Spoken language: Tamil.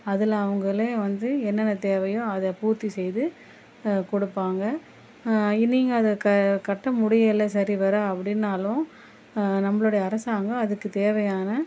அதில் அவங்களே வந்து என்னென்ன தேவையோ அதை பூர்த்தி செய்து கொடுப்பாங்க நீங்கள் அதை கட்ட முடியலை சரி வர அப்படின்னாலும் நம்மளுடைய அரசாங்கம் அதுக்குத் தேவையான